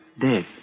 dead